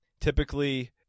Typically